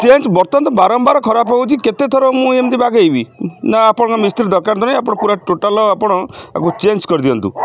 change ବର୍ତ୍ତମାନ ତ ବାରମ୍ବାର ଖରାପ ହେଉଛି କେତେଥର ମୁଁ ଏମିତି ବାଗେଇବି ନା ଆପଣଙ୍କ ମିସ୍ତ୍ରୀ ଦରକାର ତ ନାହିଁ ଆପଣ ପୁରା ଟୋଟାଲ୍ ଆପଣ ଆକୁ ଚେଞ୍ଜ କରିଦିଅନ୍ତୁ